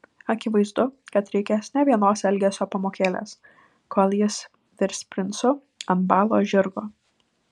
akivaizdu kad reikės ne vienos elgesio pamokėlės kol jis virs princu ant balo žirgo